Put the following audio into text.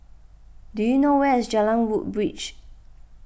do you know where is Jalan Woodbridge